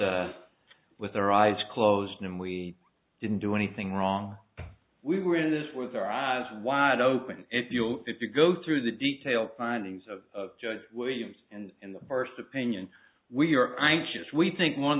with their eyes closed and we didn't do anything wrong we were in this with their eyes wide open if you had to go through the detail findings of judge williams and in the parsed opinion we are anxious we think one of